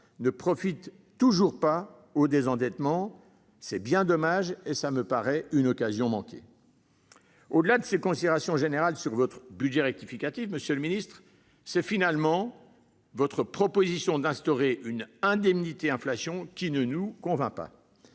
ne profitent toujours pas au désendettement. C'est bien dommage et cela me paraît encore une occasion manquée ! Au-delà de ces considérations générales sur votre budget rectificatif, monsieur le ministre, c'est finalement votre proposition d'instaurer une indemnité inflation qui ne nous convainc pas.